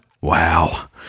Wow